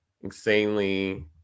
insanely